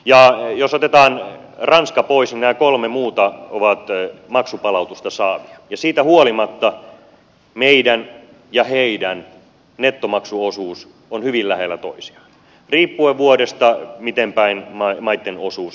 ja jos otetaan ranska pois niin nämä kolme muuta ovat maksupalautusta saavia ja siitä huolimatta meidän ja heidän nettomaksuosuudet ovat hyvin lähellä toisiaan riippuen vuodesta miten päin maitten osuus vaihtelee